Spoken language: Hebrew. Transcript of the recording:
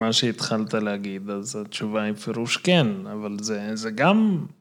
‫מה שהתחלת להגיד, ‫אז התשובה היא פירוש כן, אבל זה גם...